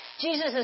Jesus